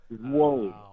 Whoa